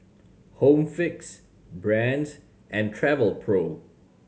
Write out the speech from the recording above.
Home Fix Brand's and Travelpro